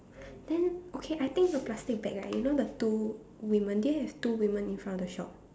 then okay I think the plastic bag right you know the two women do you have two women in front of the shop